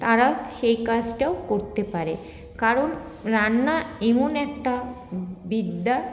তারা সেই কাজটাও করতে পারে কারণ রান্না এমন একটা বিদ্যা